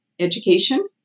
education